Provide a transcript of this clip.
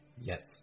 Yes